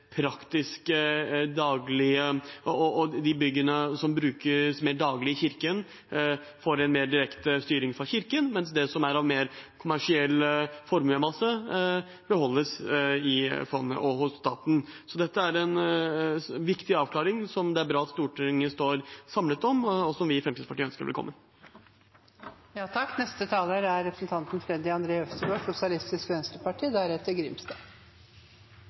direkte styring fra Kirken, mens det som er av mer kommersiell formuesmasse, beholdes i fondet og hos staten. Så dette er en viktig avklaring som det er bra at Stortinget står samlet om, og som vi i Fremskrittspartiet ønsker